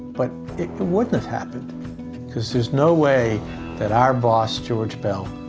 but it wouldn't happened because there's no way that our boss, george beall,